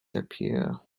appear